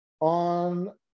on